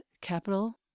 capital